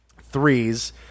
threes